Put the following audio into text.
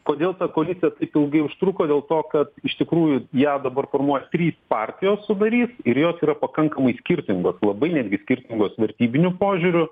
kodėl ta koalicija taip ilgai užtruko dėl to kad iš tikrųjų ją dabar formuoja trys partijos sudarys ir jos yra pakankamai skirtingos labai netgi skirtingos vertybiniu požiūriu